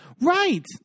right